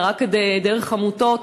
אלא רק דרך עמותות,